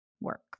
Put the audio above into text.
work